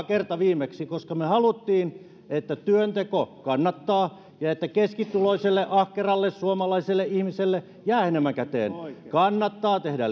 kerta viimeksi koska me me halusimme että työnteko kannattaa ja että keskituloiselle ahkeralle suomalaiselle ihmiselle jää enemmän käteen kannattaa tehdä